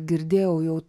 girdėjau jau